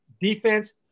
defense